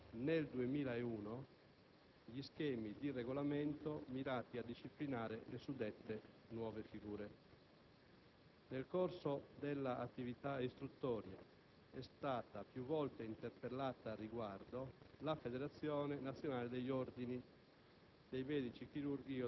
predisponendo nel 2001 gli schemi di regolamento mirati a disciplinare le suddette nuove figure. Nel corso della attività istruttoria è stata più volte interpellata al riguardo la Federazione nazionale degli Ordini